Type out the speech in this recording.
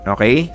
Okay